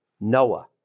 Noah